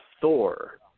Thor